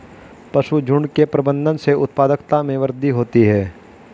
पशुझुण्ड के प्रबंधन से उत्पादकता में वृद्धि होती है